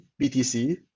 BTC